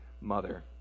mother